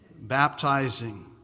baptizing